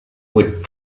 with